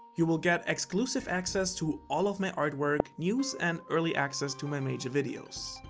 you will get exclusive access to all of my artwork, news and early access to my major videos.